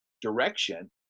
direction